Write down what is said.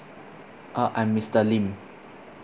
uh I'm mister lim